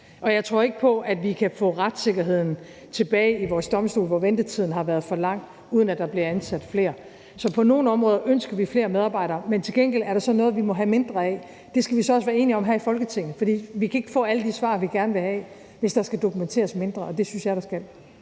Og jeg tror ikke på, at vi kan få retssikkerheden tilbage i vores domstole, hvor ventetiden har været for lang, uden at der bliver ansat flere. Så på nogle områder ønsker vi flere medarbejdere, men til gengæld er der så noget, vi må have mindre af. Det skal vi så også være enige om her i Folketinget, for vi kan ikke få alle de svar, vi gerne vil have, hvis der skal dokumenteres mindre, og det synes jeg der skal.